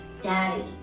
Daddy